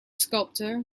sculptor